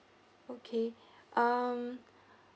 okay um